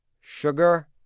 sugar